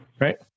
Right